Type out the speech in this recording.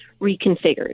reconfigured